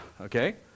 okay